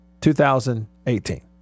2018